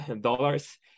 dollars